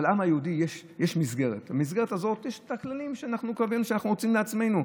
אבל לעם היהודי יש מסגרת ובמסגרת הזו יש כללים שאנחנו מוציאים לעצמנו.